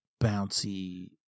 bouncy